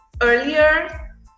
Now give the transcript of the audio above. earlier